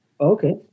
Okay